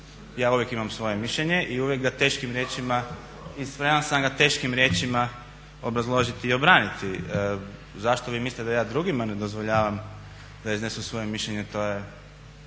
Ja uvijek imam svoje mišljenje i uvijek ga teškim riječima i spreman sam ga teškim riječima obrazložiti i obraniti. Zašto vi mislite da ja drugima ne dozvoljavam da iznesu svoje mišljenje